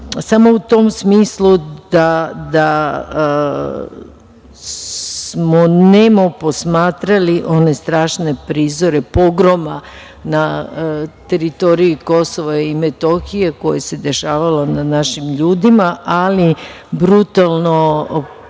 samo u tom smislu da smo nemo posmatrali one strašne prizore pogroma na teritoriji KiM koje su se dešavale nad našim ljudima, ali i brutalan pokušaj